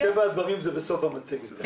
מטבע הדברים זה בסוף המצגת.